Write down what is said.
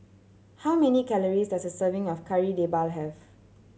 how many calories does a serving of Kari Debal have